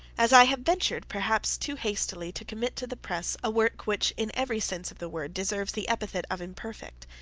as i have ventured, perhaps too hastily, to commit to the press a work which in every sense of the word, deserves the epithet of imperfect.